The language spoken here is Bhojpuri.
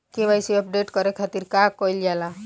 के.वाइ.सी अपडेट करे के खातिर का कइल जाइ?